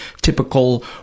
typical